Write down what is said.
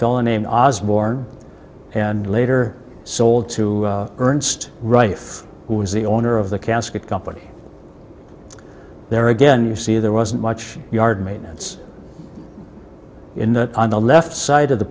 fellow named osborn and later sold to ernst right if who is the owner of the casket company there again you see there wasn't much yard maintenance in the on the left side of the